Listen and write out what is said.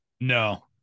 no